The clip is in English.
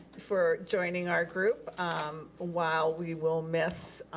for joining our group um while we will miss